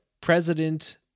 president